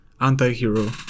anti-hero